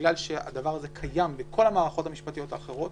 בגלל שהדבר הזה קיים בכל המערכות המשפטיות האחרות,